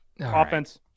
Offense